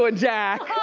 ah jack?